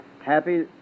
happy